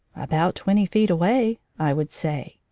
about twenty feet away, i would say.